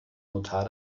notar